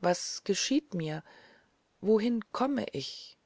was geschieht mir wohin komme ich